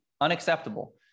unacceptable